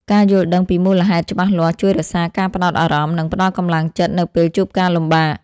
ការយល់ដឹងពីមូលហេតុច្បាស់លាស់ជួយរក្សាការផ្តោតអារម្មណ៍ និងផ្តល់កម្លាំងចិត្តនៅពេលជួបការលំបាក។